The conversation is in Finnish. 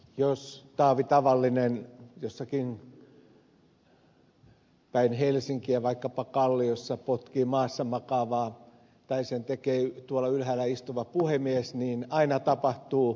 jos taavitavallinen jossakin päin helsinkiä vaikkapa kalliossa potkii maassa makaavaa tai sen tekee tuolla ylhäällä istuva puhemies niin aina tapahtuu huono asia